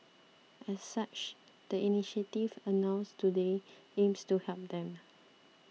as such the initiatives announced today aims to help them